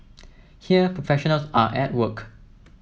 here professionals are at work